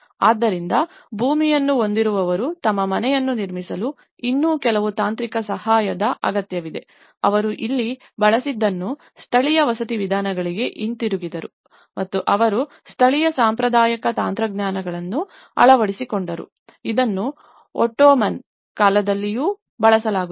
ಆದ್ದರಿಂದ ಭೂಮಿಯನ್ನು ಹೊಂದಿರುವವರು ತಮ್ಮ ಮನೆಯನ್ನು ನಿರ್ಮಿಸಲು ಇನ್ನೂ ಕೆಲವು ತಾಂತ್ರಿಕ ಸಹಾಯದ ಅಗತ್ಯವಿದೆ ಅವರು ಇಲ್ಲಿ ಬಳಸಿದ್ದನ್ನು ಸ್ಥಳೀಯ ವಸತಿ ವಿಧಾನಗಳಿಗೆ ಹಿಂತಿರುಗಿದರು ಮತ್ತು ಅವರು ಸ್ಥಳೀಯ ಸಾಂಪ್ರದಾಯಿಕ ತಂತ್ರಜ್ಞಾನಗಳನ್ನು ಅಳವಡಿಸಿಕೊಂಡರು ಇದನ್ನು ಒಟ್ಟೋಮನ್ ಕಾಲದಲ್ಲಿಯೂ ಬಳಸಲಾಗುತ್ತಿತ್ತು